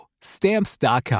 Stamps.com